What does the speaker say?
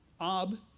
Ab